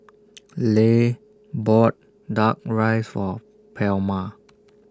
Leigh bought Duck Rice For Palma